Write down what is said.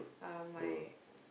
uh my